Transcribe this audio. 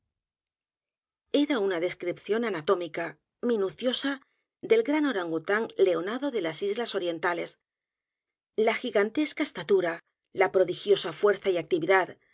era una descripción anatómica minuciosa del gran orangutáng leonado de las islas orientales la gigantesca estatura la prodigiosa fuerza y actividad